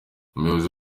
umuyobozi